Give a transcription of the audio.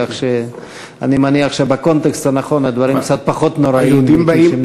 כך שאני מניח שבקונטקסט הנכון הדברים קצת פחות נוראיים מכפי שהם נשמעים.